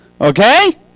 Okay